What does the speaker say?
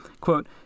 quote